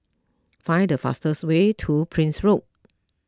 find the fastest way to Prince Road